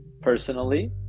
personally